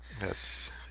Yes